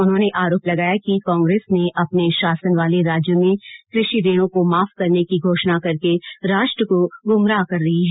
उन्होंने आरोप लगाया कि कांग्रेस ने अपने शासन वाले राज्यों में कषि ऋणों को माफ करने की घोषणा करके राष्ट्र को गुमराह कर रही है